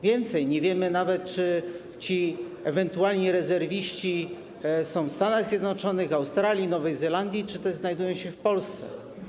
Więcej, nie wiemy nawet, czy ci ewentualni rezerwiści są w Stanach Zjednoczonych, Australii, Nowej Zelandii czy też znajdują się w Polsce.